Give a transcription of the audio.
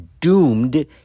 doomed